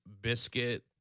biscuit